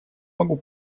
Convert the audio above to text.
могу